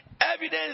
evidence